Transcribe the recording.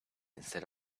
instead